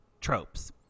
tropes